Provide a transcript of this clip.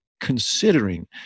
considering